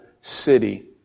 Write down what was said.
city